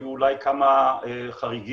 היו אולי כמה חריגים,